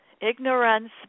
Ignorance